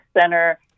center